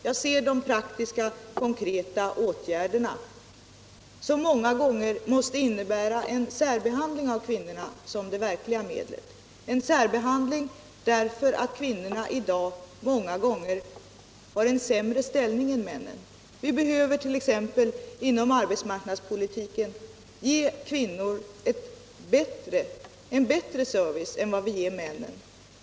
Jag ser de praktiska konkreta åtgärderna, vilka många gånger måste innebära en särbehandling av kvinnorna, som det verkliga medlet, en särbehandling därför att kvinnorna i dag många gång Ållmänpolitisk debatt Allmänpolitisk debatt 140 er har en sämre ställning än männen. Vi behöver t.ex. inom arbetsmarknadspolitiken ge kvinnor en bättre service än vad vi ger männen.